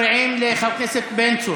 כמה אוקראינים נכנסו היום לארץ,